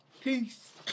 Peace